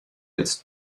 als